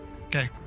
Okay